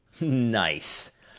Nice